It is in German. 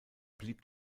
blieb